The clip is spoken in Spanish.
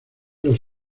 los